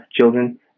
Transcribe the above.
children